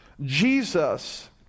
Jesus